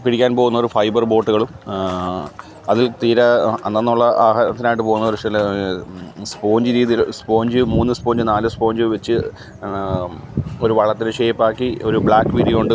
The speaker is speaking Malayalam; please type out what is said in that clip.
പിടിക്കാന് പോവുന്ന ഒരു ഫൈബര് ബോട്ട്കളും അതില് തീരെ അന്നന്ന് ഉള്ള ആഹാരത്തിനായിട്ട് പോവുന്നവർ ചില സ്പോഞ്ച് രീതിയിൽ സ്പോഞ്ച് മൂന്ന് സ്പോഞ്ച് നാല് സ്പോഞ്ച് വെച്ച് ഒരു വള്ളത്തിന്റെ ഷേപ്പ് ആക്കി ഒരു ബ്ലാക്ക് വിരി കൊണ്ട്